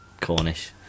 cornish